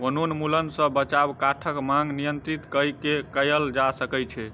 वनोन्मूलन सॅ बचाव काठक मांग नियंत्रित कय के कयल जा सकै छै